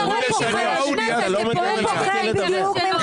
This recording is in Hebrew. הוא פשוט פוחד.